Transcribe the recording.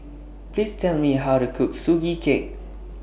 Please Tell Me How to Cook Sugee Cake